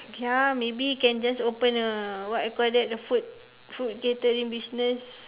ya maybe can just open a what you call that a food food catering business